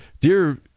dear